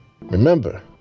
Remember